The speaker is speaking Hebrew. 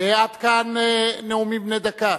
עד כאן נאומים בני דקה.